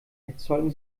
erzeugen